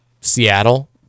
Seattle